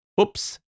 Oops